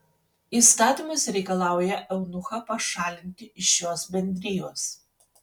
įstatymas reikalauja eunuchą pašalinti iš šios bendrijos